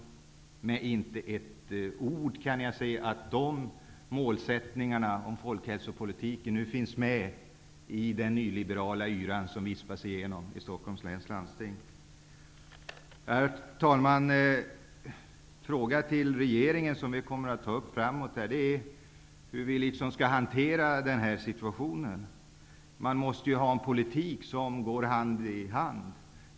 Jag kan inte se ett ord om att de målen om folkhälso politiken finns med i den nyliberala yrans politik som vispas igenom i Stockholms läns landsting. En fråga till regeringen som vi kommer att ta upp framöver är hur vi skall hantera den här situa tionen. Man måste föra en politik som går hand i hand med verkligheten.